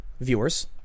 viewers